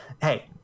Hey